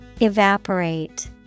Evaporate